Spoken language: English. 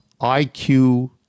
IQ